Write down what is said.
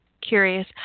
Curious